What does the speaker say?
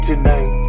Tonight